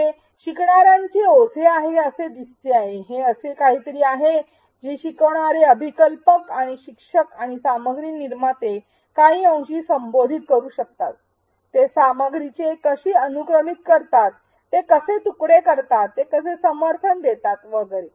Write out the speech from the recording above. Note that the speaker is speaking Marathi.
हे शिकणारांचे ओझे आहे असे दिसते आहे हे असे काहीतरी आहे जे शिकवणारे अभीकल्पक आणि शिक्षक आणि सामग्री निर्माता काही अंशी संबोधित करू शकतात ते सामग्रीचे कशी अनुक्रमित करतात ते कसे तुकडे करतात ते कसे समर्थन देतात वगैरे